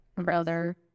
brother